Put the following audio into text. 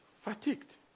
Fatigued